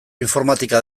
informatika